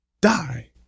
die